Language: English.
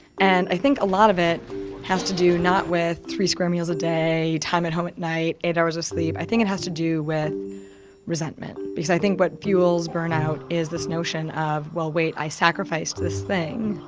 and i think a lot of it has to do not with three square meals a day, time at home at night, eight hours of sleep, i think it has to do with resentment. because i think what fuels burnout is this notion of well wait i sacrificed this thing,